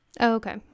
okay